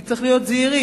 כי צריך להיות זהירים.